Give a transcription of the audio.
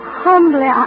humbly